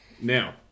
now